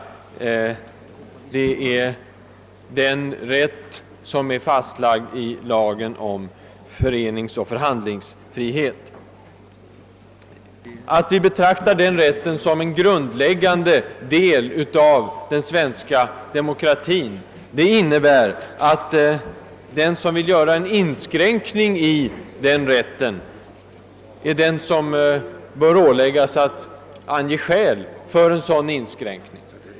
Det är den friheten som är fastlagd i lagen om föreningsoch förhandlingsrätt. Att vi betraktar den rätten som en grundläggande del av den svenska demokratin innebär, att det är den som vill göra en inskränkning i den rätten som bör åläggas att ange skäl för en sådan inskränkning.